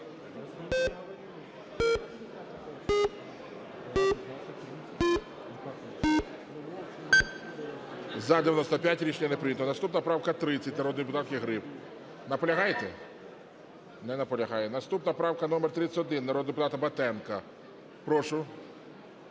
За-95 Рішення не прийнято. Наступна правка 30 народної депутатки Гриб. Наполягаєте? Не наполягає. Наступна правка номер 31 народного депутата Батенка. Прошу.